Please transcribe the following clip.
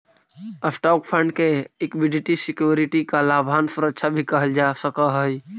stock fund के equity security या लाभांश सुरक्षा भी कहल जा सकऽ हई